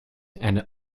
and